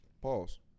Pause